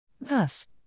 Thus